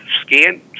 scan